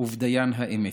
ובדיין האמת.